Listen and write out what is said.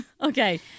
Okay